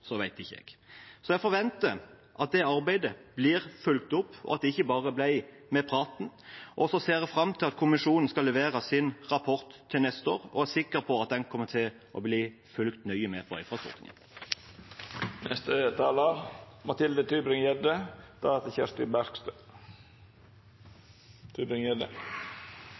ikke jeg. Så jeg forventer at det arbeidet blir fulgt opp, og at det ikke ble med praten. Og så ser jeg fram til at kommisjonen skal levere sin rapport til neste år, og jeg er sikker på at den kommer til å bli fulgt nøye med på